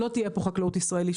לא תהיה פה חקלאות ישראלית,